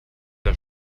der